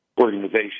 organization